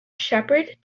sheppard